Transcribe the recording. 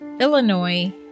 Illinois